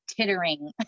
tittering